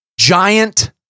Giant